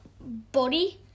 body